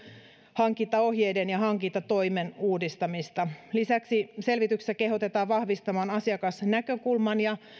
hankintaohjeiden ja hankintatoimen uudistamista lisäksi selvityksessä kehotetaan vahvistamaan asiakasnäkökulman ja